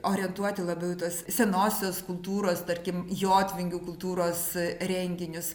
orientuoti labiau į tuos senosios kultūros tarkim jotvingių kultūros renginius